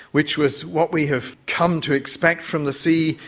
which was what we have come to expect from the sea,